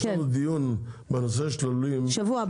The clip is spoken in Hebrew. יש לנו דיון בנושא הלולים שבוע הבא.